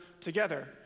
together